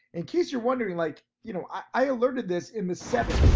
in case you're wondering, like, you know, i alerted this in the sevens,